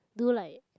do like